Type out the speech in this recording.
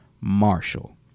Marshall